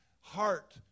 heart